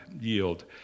yield